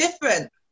different